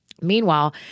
Meanwhile